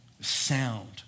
sound